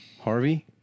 Harvey